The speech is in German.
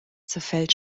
zerfällt